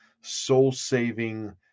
soul-saving